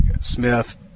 Smith